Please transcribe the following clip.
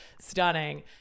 stunning